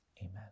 Amen